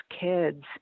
kids